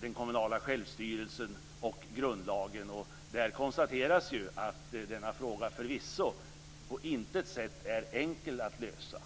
den kommunala självstyrelsen och grundlagen. Där konstateras ju att denna fråga förvisso på intet sätt är enkel att lösa.